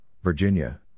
Virginia